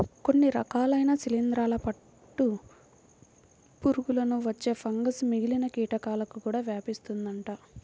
కొన్ని రకాలైన శిలీందరాల పట్టు పురుగులకు వచ్చే ఫంగస్ మిగిలిన కీటకాలకు కూడా వ్యాపిస్తుందంట